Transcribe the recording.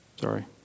Sorry